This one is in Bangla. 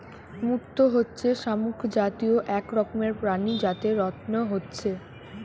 মুক্ত হচ্ছে শামুক জাতীয় এক রকমের প্রাণী যাতে রত্ন হচ্ছে